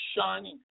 shining